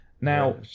Now